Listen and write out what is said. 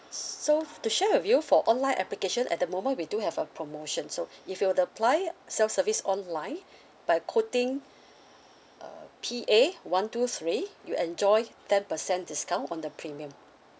s~ so f~ to share with you for online application at the moment we do have a promotion so if you were to apply self service online by quoting uh p a one two three you enjoy ten percent discount on the premium